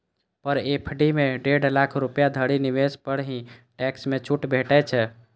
पर FD मे डेढ़ लाख रुपैया धरि निवेश पर ही टैक्स मे छूट भेटै छै